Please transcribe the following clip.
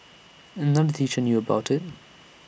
another teacher knew about IT